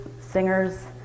singers